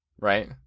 right